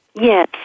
Yes